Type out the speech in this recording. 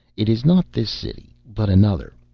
it is not this city, but another.